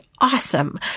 awesome